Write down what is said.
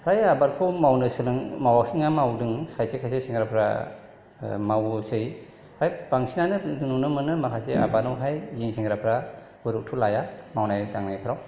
फ्राय आबादखौ मावनो मावाखै नङा मावदों खायसे खायसे सेंग्राफोरा मावोसै फ्राय बांसिनानो जों नुनो मोनो माखासे आबादावहाय जोंनि सेंग्राफोरा गुरुत्थ' लाया मावनाय दांनायफोराव